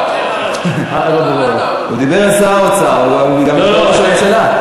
הוא דיבר על שר האוצר, הוא מדבר, ראש הממשלה.